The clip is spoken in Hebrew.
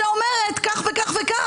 שאומרת כך וכך וכך,